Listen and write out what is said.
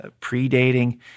predating